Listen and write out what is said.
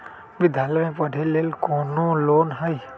विद्यालय में पढ़े लेल कौनो लोन हई?